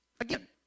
Again